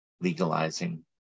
legalizing